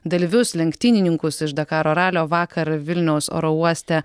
dalyvius lenktynininkus iš dakaro ralio vakar vilniaus oro uoste